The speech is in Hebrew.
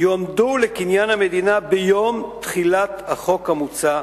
יועמדו לקניין המדינה ביום תחילת החוק המוצע,